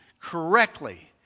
correctly